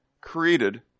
created